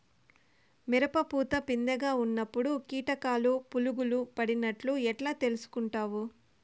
మిరప పూత పిందె గా ఉన్నప్పుడు కీటకాలు పులుగులు పడినట్లు ఎట్లా తెలుసుకుంటావు?